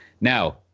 Now